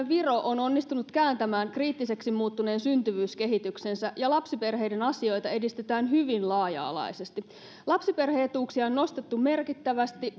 viro on onnistunut kääntämään kriittiseksi muuttuneen syntyvyyskehityksensä ja lapsiperheiden asioita edistetään hyvin laaja alaisesti lapsiperhe etuuksia on nostettu merkittävästi